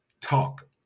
talk